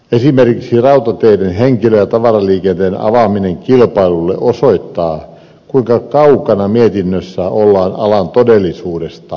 esimerkiksi rautateiden henkilö ja tavaraliikenteen avaaminen kilpailulle osoittaa kuinka kaukana mietinnössä ollaan alan todellisuudesta